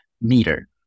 meter